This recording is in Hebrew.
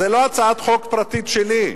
זאת לא הצעת חוק פרטית שלי,